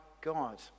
God